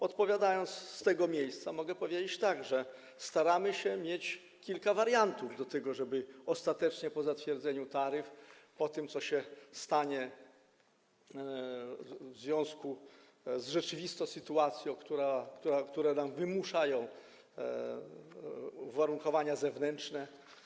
Odpowiadając z tego miejsca, mogę powiedzieć tak, że staramy się mieć kilka wariantów tego, żeby ostatecznie po zatwierdzeniu taryf, po tym, co się stanie w związku z rzeczywistą sytuacją, którą wymuszają nam uwarunkowania zewnętrzne.